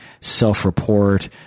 self-report